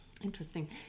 Interesting